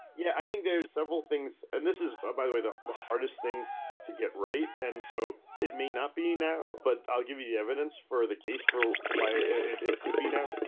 yeah, i think there are several things. and this is, by by the way, the the hardest thing to get right. and so it may not be now, but i'll give you you evidence for the case for why it it could be now.